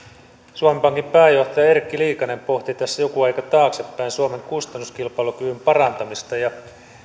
suomen pankin pääjohtaja erkki liikanen pohti tässä joku aika taaksepäin suomen kustannuskilpailukyvyn parantamista